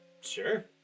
sure